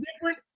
different